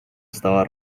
estaba